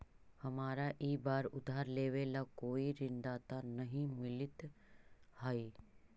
हमारा ई बार उधार देवे ला कोई ऋणदाता नहीं मिलित हाई